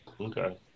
Okay